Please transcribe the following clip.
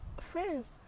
friends